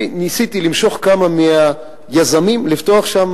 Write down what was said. ניסיתי למשוך כמה מהיזמים לפתוח שם